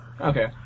Okay